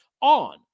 on